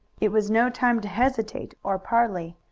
it was no time to hesitate or parley.